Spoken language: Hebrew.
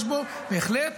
יש בו, בהחלט,